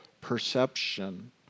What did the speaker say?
perception